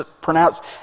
pronounced